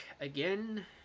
again